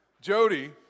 Jody